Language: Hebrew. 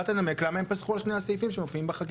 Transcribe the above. תנמק למה הם פסחו על שני הסעיפים שמופיעים בחקיקה.